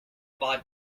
bought